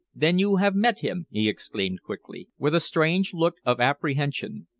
then you have met him! he exclaimed quickly, with a strange look of apprehension.